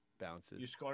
bounces